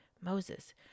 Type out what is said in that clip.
Moses